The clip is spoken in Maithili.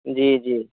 जी जी